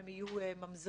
הם יהיו ממזרים,